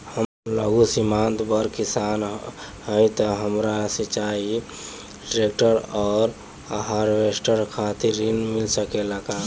हम लघु सीमांत बड़ किसान हईं त हमरा सिंचाई ट्रेक्टर और हार्वेस्टर खातिर ऋण मिल सकेला का?